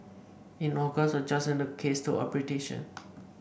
in August a judge sent the case to arbitration